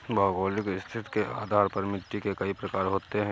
भौगोलिक स्थिति के आधार पर मिट्टी के कई प्रकार होते हैं